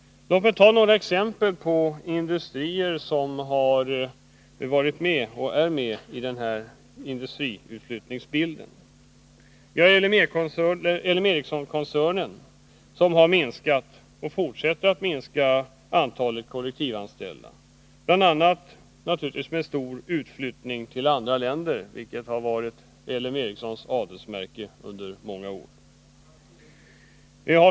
Låt mig ta några exempel på industrier som har varit eller är med i denna industriutflyttningsbild. LM Ericsson-koncernen har minskat, och antalet kollektivanställda fortsätter att sjunka, bl.a. på grund av stor utflyttning till andra länder, vilket har varit ÅL M Ericssons adelsmärke under många år.